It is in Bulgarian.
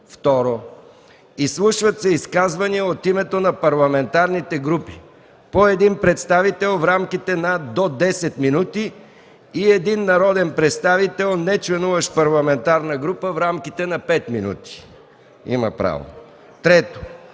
2. Изслушват се изказвания от името на парламентарните групи – по един представител в рамките на до 10 минути и един народен представител, нечленуващ в парламентарна група в рамките на 5 минути. 3. Присъстващите